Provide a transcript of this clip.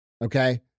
Okay